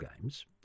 games